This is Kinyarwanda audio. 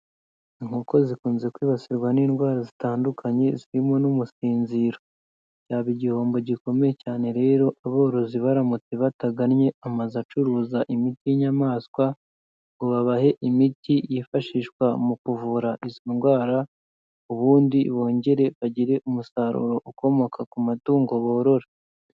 Inkoko zikunze kwibasirwa n'indwara zitandukanye zirimo n'umusinzira, byaba igihombo gikomeye cyane rero, aborozi baramutse batagannye amazu acuruza imiti'yamaswa ngo babahe imiti yifashishwa mu kuvura izo ndwara, ubundi bongere bagire umusaruro ukomoka ku matungo borora.